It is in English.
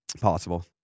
possible